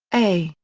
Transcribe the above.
a,